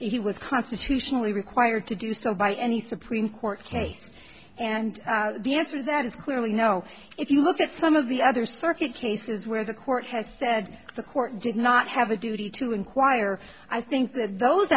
he was constitutionally required to do so by any supreme court case and the answer that is clearly no if you look at some of the other circuit cases where the court has said the court did not have a duty to inquire i think that those